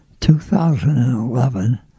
2011